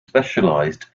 specialized